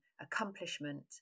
accomplishment